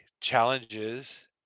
challenges